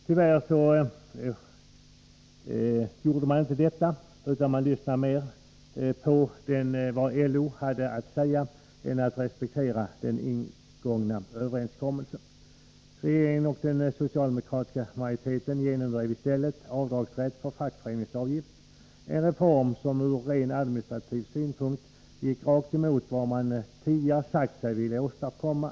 Tyvärr gjorde man inte så, utan man lyssnade mera på vad LO hade att säga än man respekterade den ingångna överenskommelsen. Regeringen och den socialdemokratiska majoriteten genomdrev i stället avdragsrätt för fackföreningsavgifter, en reform som ur rent administrativ synpunkt gick rakt emot vad man tidigare hade sagt sig vilja åstadkomma.